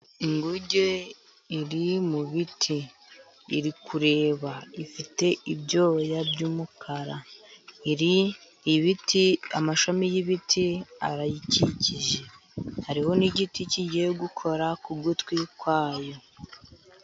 Inguge iri mu biti, irikuba ifite ibyoya by'umukara, iri mu ibiti amashami y'ibiti arayikikije, hariho n'igiti kigiye gukora ku gutwi kwayo.